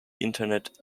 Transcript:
internet